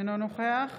אינו נוכח